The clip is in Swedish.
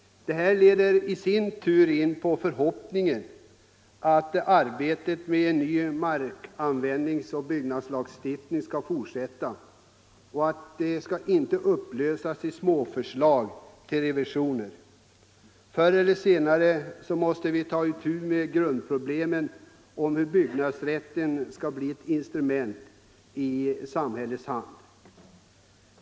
Det här leder i sin tur in på förhoppningen att arbetet på en ny markanvändningsoch byggnadslagstiftning skall fortsätta och inte upplösas i småförslag till revisioner. Förr eller senare måste vi ta itu med grundproblemen om hur byggnadsrätten skall bli ett instrument i samhällets hand.